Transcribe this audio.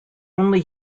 only